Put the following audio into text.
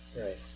right